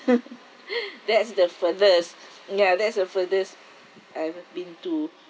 that's the furthest ya that's the furthest I've been to